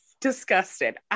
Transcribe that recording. disgusted